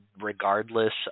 regardless